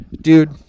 Dude